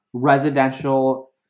residential